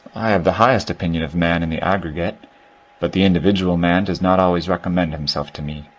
i have the highest opinion of man in the aggregate but the individual man does not always recommend himself to me.